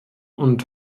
und